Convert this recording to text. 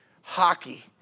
Hockey